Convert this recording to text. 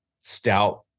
stout